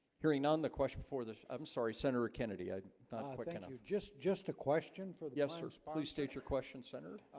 hearing none the question for the i'm sorry senator kennedy i like and just just a question for the yes, sirs. please state your question senator.